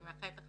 אני מאחלת לך